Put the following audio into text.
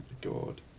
God